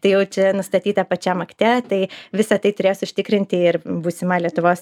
tai jau čia nustatyta pačiam akte tai visą tai turės užtikrinti ir būsima lietuvos